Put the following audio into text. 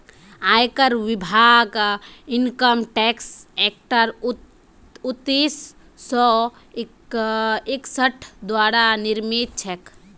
आयकर विभाग income tax act उन्नीस सौ इकसठ द्वारा नियमित छेक